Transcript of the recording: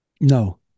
No